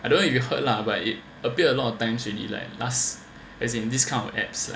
I don't know if you heard lah but it appeared a lot of times already like last as in this kind of apps